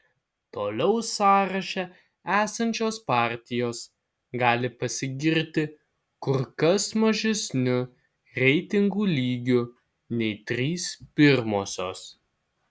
toliau sąraše esančios partijos gali pasigirti kur kas mažesniu reitingų lygiu nei trys pirmosios